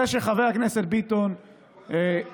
זה שחבר הכנסת ביטון בירוחם,